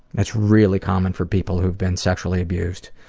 that's really common for people who've been sexually abused.